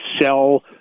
sell